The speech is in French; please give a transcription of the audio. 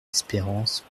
espérance